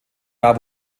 jahr